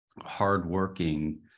hardworking